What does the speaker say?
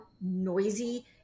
noisy